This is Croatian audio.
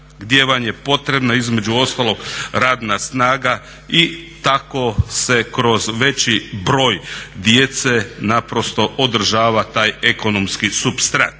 gdje vam je potrebna između ostalog radna snaga i tako se kroz veći broj djece naprosto održava taj ekonomski supstrat.